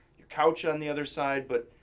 couch on the other side. but,